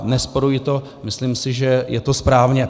Nerozporuji to, myslím si, že je to správně.